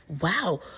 wow